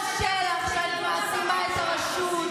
קשה לך שאני מעצימה את הרשות,